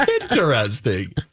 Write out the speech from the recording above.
Interesting